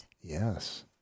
Yes